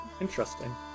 Interesting